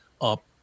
up